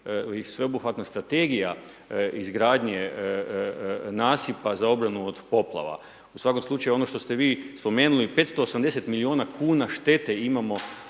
sveobuhvatna strategija izgradnje nasipa za obranu od poplava. U svakom slučaju, ono što ste vi spomenuli 580 milijuna kuna štete imamo